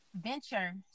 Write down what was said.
venture